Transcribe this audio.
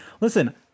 listen